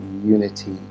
unity